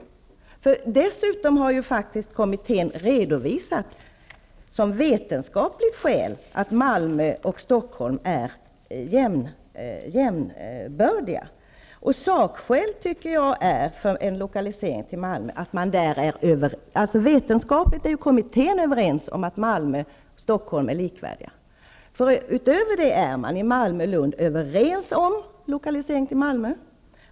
Kommittén har faktiskt som ett vetenskapligt skäl dessutom framfört att Malmö och Stockholm är jämbördiga. I Malmö och Lund är man också överens om lokalisering till Malmö.